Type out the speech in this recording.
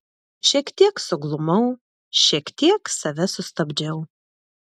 šiek tiek suglumau šiek tiek save sustabdžiau